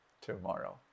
tomorrow